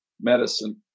medicine